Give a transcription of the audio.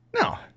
no